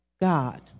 God